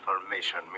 information